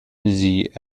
sie